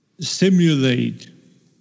simulate